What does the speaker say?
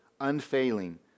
unfailing